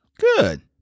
Good